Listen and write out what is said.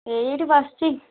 ଏଇଠି ବସିଛି